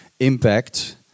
impact